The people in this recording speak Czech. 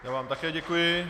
Já vám také děkuji.